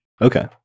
Okay